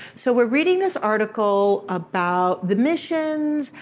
so we're reading this article about the missions,